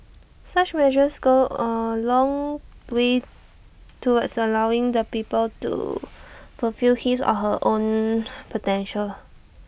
such measures go A long way towards allowing the people to fulfill his or her own potential